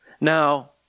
Now